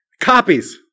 copies